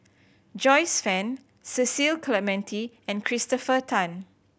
Joyce Fan Cecil Clementi and Christopher Tan